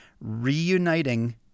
reuniting